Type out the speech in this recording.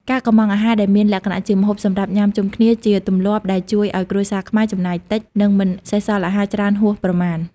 ការកុម្ម៉ង់អាហារដែលមានលក្ខណៈជាម្ហូបសម្រាប់ញ៉ាំជុំគ្នា ជាទម្លាប់ដែលជួយឱ្យគ្រួសារខ្មែរចំណាយតិច និងមិនសេសសល់អាហារច្រើនហួសប្រមាណ។